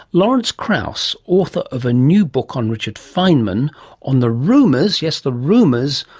lawrence krauss, author of a new book on richard feynman on the rumours, yes the rumours,